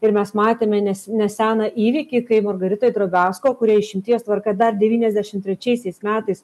ir mes matėme nes neseną įvykį kai margaritai drobesko kuriai išimties tvarka dar devyniasdešimt trečiaisiais metais